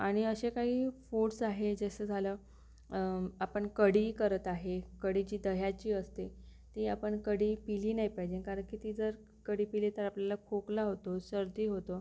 आणि असे काही फुडस् आहे जसे झालं आपण कढी करत आहे कढी जी दह्याची असते ती आपण कढी पिली नाही पाहिजेन कारण की ती जर कढी पिली तर आपल्याला खोकला होतो सर्दी होतो